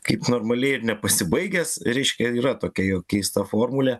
kaip normaliai ir nepasibaigęs reiškia yra tokia jo keista formulė